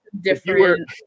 different